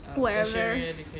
whatever